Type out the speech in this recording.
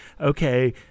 Okay